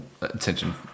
attention